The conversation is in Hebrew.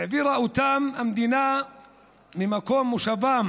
העבירה אותם המדינה ממקום מושבם